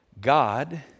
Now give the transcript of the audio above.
God